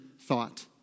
thought